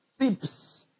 Tips